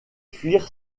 fuir